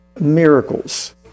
miracles